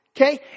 Okay